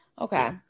okay